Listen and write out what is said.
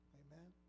amen